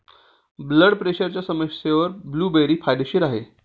blood प्रेशरच्या समस्येवर blueberry फायदेशीर आहे